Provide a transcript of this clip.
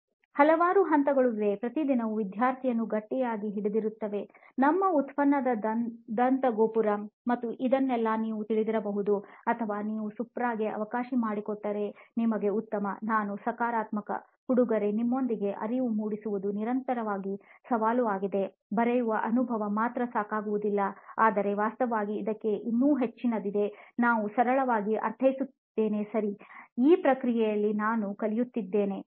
ಹಲವಾರು ಹಂತಗಳು ಇವೆ ಪ್ರತಿದಿನವೂ ವಿದ್ಯಾರ್ಥಿಯನ್ನು ಗಟ್ಟಿಯಾಗಿ ಹಿಡಿದಿರುತ್ತವೆ ಮತ್ತು ನಿಮ್ಮ ಉತ್ಪನ್ನದ ದಂತ ಗೋಪುರ ಮತ್ತು ಅದನ್ನೆಲ್ಲ ನೀವು ತಿಳಿದಿರಬಹುದು ಅಥವಾ ನೀವು ಸುಪ್ರಾಗೆ ಅವಕಾಶ ಮಾಡಿಕೊಟ್ಟರೆ ನಿಮಗೆ ಉತ್ತಮ ನಾನು ಸಕಾರಾತ್ಮಕ ಹುಡುಗರೇ ನಿಮ್ಮೊಂದಿಗೆ ಅರಿವು ಮೂಡಿಸುವುದು ನಿರಂತರವಾಗಿ ಸವಾಲು ಆಗಿದೆ ಬರೆಯುವ ಅನುಭವ ಮಾತ್ರ ಸಾಕಾಗುವುದಿಲ್ಲ ಆದರೆ ವಾಸ್ತವವಾಗಿ ಇದಕ್ಕೆ ಇನ್ನೂ ಹೆಚ್ಚಿನದಿದೆ ನಾನು ಸರಳವಾಗಿ ಅರ್ಥೈಸುತ್ತೇನೆ ಸರಿ ಈ ಪ್ರಕ್ರಿಯೆಯಲ್ಲಿ ನಾನು ಕಲಿಯುತ್ತಿದ್ದೇನೆ ಸರಿ